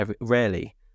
rarely